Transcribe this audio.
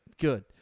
good